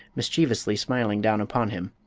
mischievously smiling down upon him.